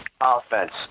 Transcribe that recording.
offense